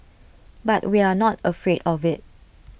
but we are not afraid of IT